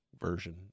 version